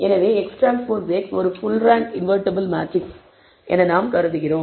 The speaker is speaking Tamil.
எனவே XTX ஒரு ஃபுல் ரேங்க் இன்வெர்ட்டிபிள் மேட்ரிக்ஸ் என்று நாம் கருதுகிறோம்